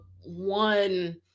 one